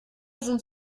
sind